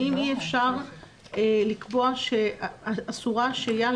האם אי-אפשר לקבוע שאסורה השהייה על